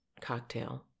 cocktail